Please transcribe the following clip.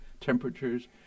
temperatures